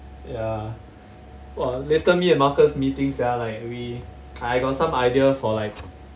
ya !wah! later me and marcus meeting sia like we I got some idea for like